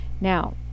Now